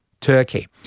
Turkey